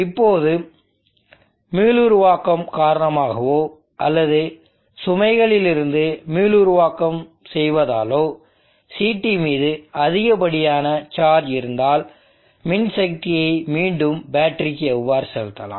இப்போது மீளுருவாக்கம் காரணமாகவோ அல்லது சுமைகளிலிருந்து மீளுருவாக்கம் செய்வதாலோ CT மீது அதிகப்படியான சார்ஜ் இருந்தால் மின்சக்தியை மீண்டும் பேட்டரிக்கு எவ்வாறு செலுத்தலாம்